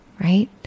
right